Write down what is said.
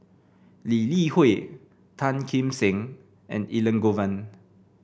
Lee Li Hui Tan Kim Seng and Elangovan